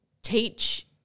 teach